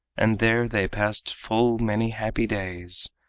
and there they passed full many happy days.